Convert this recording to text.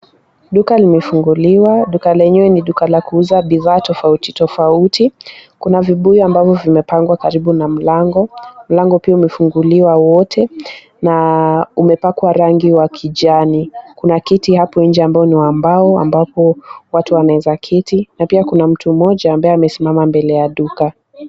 Duka limefunguliwa. Duka lenyewe ni duka la kuuza bidhaa tofauti tofauti. Kuna vibuyu ambavyo vimepangwa karibu na mlango, mlango pia umefunguliwa wote, na umepakwa rangi wa kijani. Kuna kiti hapo nje ambayo ni wa mbao ambapo watu wanaweza kiti, na pia kuna mtu mmoja ambaye amesimama mbele ya duka.